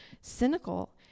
cynical